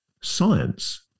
science